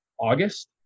August